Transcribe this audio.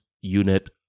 unit